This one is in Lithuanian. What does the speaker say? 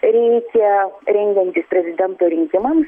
reikia rengiantis prezidento rinkimam